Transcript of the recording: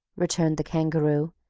returned the kangaroo,